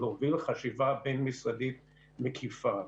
להוביל לחשיבה בין-משרדית מקיפה.